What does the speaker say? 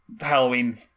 Halloween